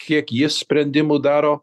kiek ji sprendimų daro